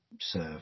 serve